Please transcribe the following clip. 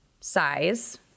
size